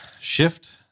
shift